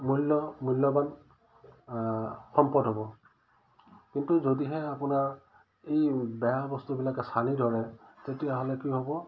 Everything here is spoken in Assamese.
মূল্য মূল্যৱান সম্পদ হ'ব কিন্তু যদিহে আপোনাৰ এই বেয়া বস্তুবিলাকে চানি ধৰে তেতিয়াহ'লে কি হ'ব